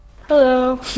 Hello